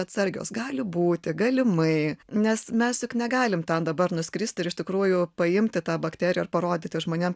atsargios gali būti galimai nes mes juk negalim ten dabar nuskrist ir iš tikrųjų paimti tą bakteriją ir parodyti žmonėm